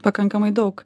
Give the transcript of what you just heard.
pakankamai daug